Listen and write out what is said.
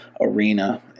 arena